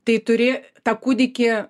tai turi tą kūdikį